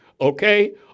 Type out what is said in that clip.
okay